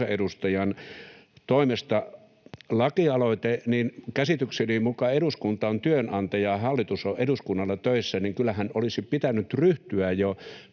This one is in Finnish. kansanedustajan toimesta lakialoite, että, kun käsitykseni mukaan eduskunta on työnantaja ja hallitus on eduskunnalla töissä, kyllähän olisi pitänyt ryhtyä jo